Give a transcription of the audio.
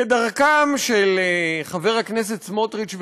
כדרכם של חבר הכנסת סמוטריץ וחבריו,